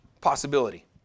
Possibility